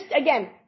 again